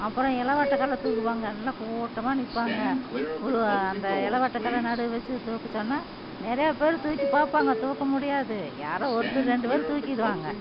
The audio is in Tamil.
அப்பறம் இளவட்டம் கல்லை தூக்குவாங்க எல்லாம் கூட்டமா நிற்பாங்க ஒரு அந்த எளவட்ட கல்ல நடுவில் வச்சு தூக்க சொன்னால் நிறைய பேர் தூக்கி பார்ப்பாங்க தூக்க முடியாது யாரோ ஒருத்தர் ரெண்டு பேர் தூக்கிருவாங்க